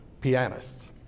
pianists